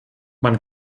man